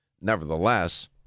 Nevertheless